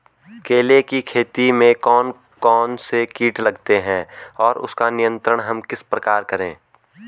केले की खेती में कौन कौन से कीट लगते हैं और उसका नियंत्रण हम किस प्रकार करें?